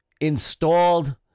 installed